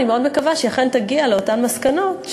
אני מאוד מקווה שהיא אכן תגיע לאותן מסקנות,